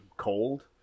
cold